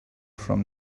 from